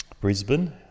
Brisbane